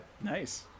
nice